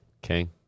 King